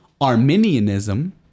Arminianism